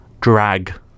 drag